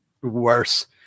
worse